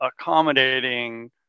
accommodating